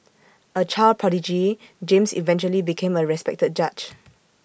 A child prodigy James eventually became A respected judge